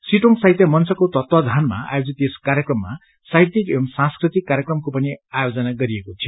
सिटोंग साहित्य मंचको तत्वावधानमा आयोजित यस कार्यक्रममा साहित्यीक एंव सांस्कृतिक कार्यक्रमको पनि आयोजन गरिएको थियो